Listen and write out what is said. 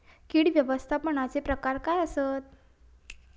कीड व्यवस्थापनाचे प्रकार काय आसत?